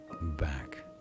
back